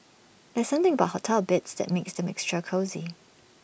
there's something about hotel beds that makes them extra cosy